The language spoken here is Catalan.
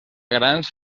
grans